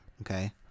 okay